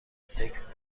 سکس